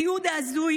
בתיעוד ההזוי